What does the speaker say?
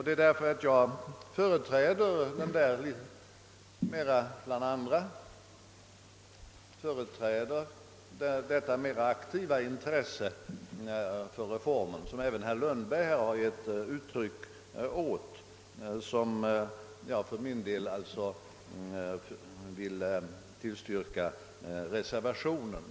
Det är därför att jag bland andra företräder detta mera aktiva intresse för reformer, vilket även herr Lundberg har givit uttryck åt, som jag för min del vill tillstyrka reservationen.